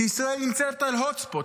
כי ישראל נמצאת על הוט ספוט,